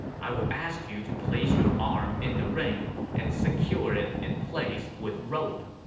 i will ask you to place your arm in the ring and secure it in place with rope.